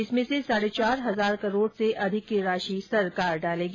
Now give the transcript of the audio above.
इसमें से साढे चार हजार करोड़ से अधिक की राशि सरकार डालेगी